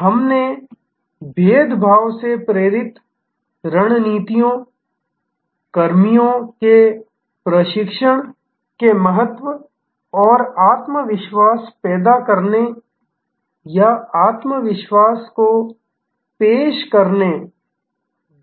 हमने भेदभाव से प्रेरित रणनीतियों कर्मियों के प्रशिक्षण के महत्व और आत्मविश्वास पैदा करने या आत्मविश्वास को पेश करने